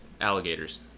alligators